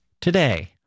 today